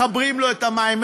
מחברים לו את המים,